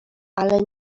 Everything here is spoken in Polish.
ale